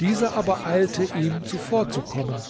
dieser aber eilte ihm zuvorzukommen